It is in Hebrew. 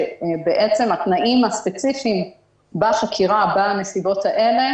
שהתנאים הספציפיים בחקירה בנסיבות האלה